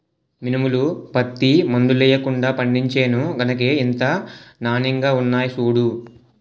మినుములు, పత్తి మందులెయ్యకుండా పండించేను గనకే ఇంత నానెంగా ఉన్నాయ్ సూడూ